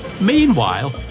Meanwhile